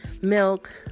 milk